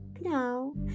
now